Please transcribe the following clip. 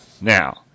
now